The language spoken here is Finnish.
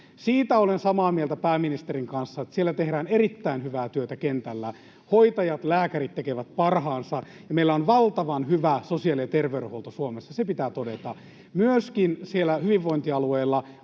Siitä olen samaa mieltä pääministerin kanssa, että siellä tehdään erittäin hyvää työtä kentällä. Hoitajat, lääkärit tekevät parhaansa, ja meillä on valtavan hyvä sosiaali- ja terveydenhuolto Suomessa. Se pitää todeta. Myöskin siellä hyvinvointialueilla